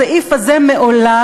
הסעיף הזה מעולם,